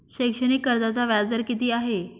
शैक्षणिक कर्जाचा व्याजदर किती आहे?